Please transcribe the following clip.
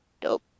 Dope